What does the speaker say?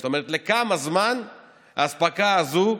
זאת אומרת לכמה זמן האספקה הזו,